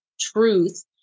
truth